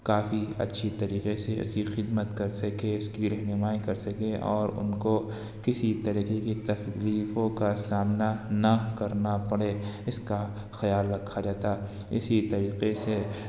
کافی اچھی طریقے سے اس کی خدمت کرسکے اس کی رہنمائی کر سکے اور ان کو کسی طریقے کی تکلیفوں کا سامنا نہ کرنا پڑے اس کا خیال رکھا جاتا اسی طریقے سے